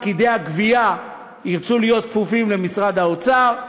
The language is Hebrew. פקידי הגבייה ירצו להיות כפופים למשרד האוצר,